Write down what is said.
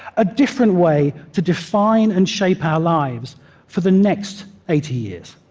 a different way to define and shape our lives for the next eighty years.